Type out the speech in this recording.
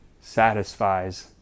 satisfies